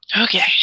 Okay